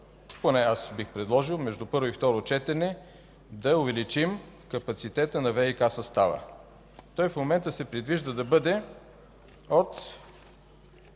поне аз бих предложил между първо и второ четене да увеличим капацитета на ВиК състава. В момента се предвижда той да бъде от